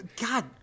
God